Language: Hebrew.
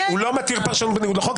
הוא לא מתיר פרשנות בניגוד לחוק.